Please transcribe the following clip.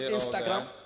Instagram